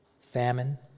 famine